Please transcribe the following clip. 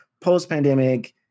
post-pandemic